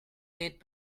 need